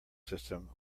system